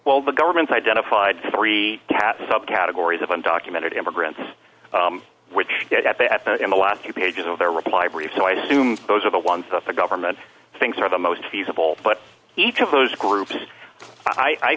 well the government's identified three cats subcategories of undocumented immigrants which is at the at the in the last few pages of their reply brief so i assume those are the ones that the government thinks are the most feasible but each of those groups i